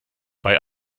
bei